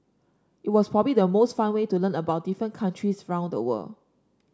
it was probably the most fun way to learn about different countries round the world